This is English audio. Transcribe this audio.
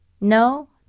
No